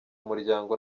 umuryango